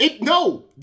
No